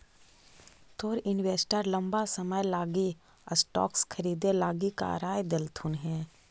तोर इन्वेस्टर लंबा समय लागी स्टॉक्स खरीदे लागी का राय देलथुन हे?